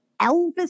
Elvis